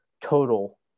total